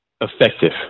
effective